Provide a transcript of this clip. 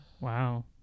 wow